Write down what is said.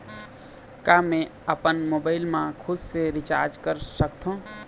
का मैं आपमन मोबाइल मा खुद से रिचार्ज कर सकथों?